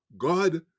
God